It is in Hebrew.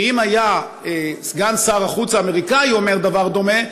שאם היה סגן שר החוץ האמריקני אומר דבר דומה,